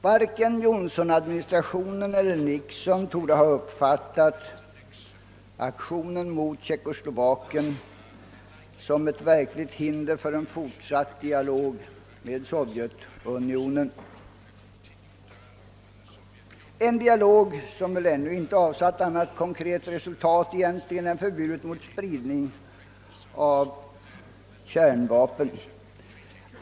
Varken Johnsonadministrationen eller Nixon torde ha uppfattat aktionen mot Tjeckoslovakien som ett verkligt hinder för en fortsatt dialog med Sovjetunionen, en dialog som väl egentligen ännu inte har avsatt något annat konkret resultat än förbudet mot spridning av kärnvapen.